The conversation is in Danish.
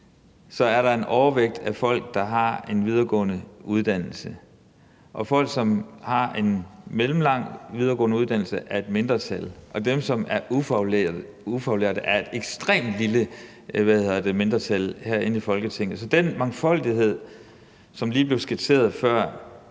så er der en overvægt af folk, der har en videregående uddannelse, mens folk, som har en mellemlang uddannelse, er et mindretal, og dem, der er ufaglærte, udgør et ekstremt lille mindretal herinde i Folketinget? Så den mangfoldighed, som lige blev skitseret før,